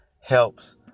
helps